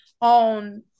on